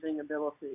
ability